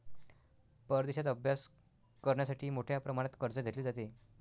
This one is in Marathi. परदेशात अभ्यास करण्यासाठी मोठ्या प्रमाणात कर्ज घेतले जाते